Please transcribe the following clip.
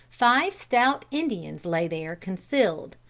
five stout indians lay there concealed,